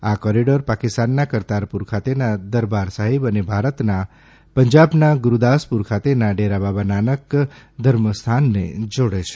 આ કોરીડોર પાકિસ્તાનના કરતારપુર ખાતેના દરબાર સાહિબ અને ભારતના પંજાબના ગુરૂદાસપુર ખાતેના ડેરાબાબા નાનક ધર્મસ્થાનને જોડે છે